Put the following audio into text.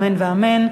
אמן ואמן.